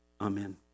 Amen